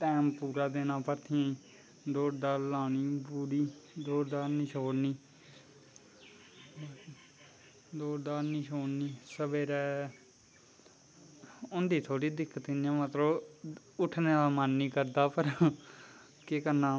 time पूरा देनां भर्थियें गी दौड़ दाड़ लानी पूरी दौड़ दाड़ नी शोड़नी दौड़ दाड़ नी शोड़नी सवेरै होंदी थोह्ड़ी दिक्कत इयां मतलव उट्ठनें दा मन नी करदैा पर केह् करनां